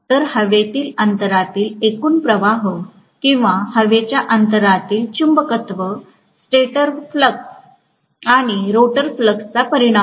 तर हवेतील अंतरातील एकूण प्रवाह किंवा हवेच्या अंतरातील चुंबकत्व स्टेटर फ्लक्स आणि रोटर फ्लक्सचा परिणाम आहे